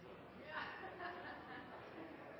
Ja takk, president. Det er så